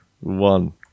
one